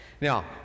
Now